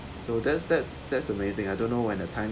so that's that's that's amazing I don't know when a time